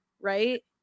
Right